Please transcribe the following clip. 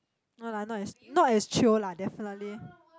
no lah not as not as chio lah definitely